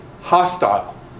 hostile